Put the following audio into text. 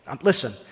listen